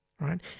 right